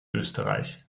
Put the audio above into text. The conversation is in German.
österreich